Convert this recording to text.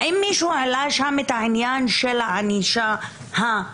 האם מישהו העלה שם את העניין של הענישה הכפולה?